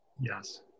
yes